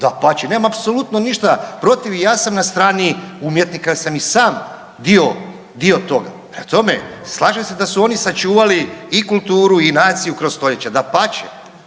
dapače, nemam apsolutno ništa protiv i ja sam na strani umjetnika jer sam i sam dio toga. Prema tome, slažem se da su oni sačuvali i kulturu i naciju kroz stoljeća, dapače,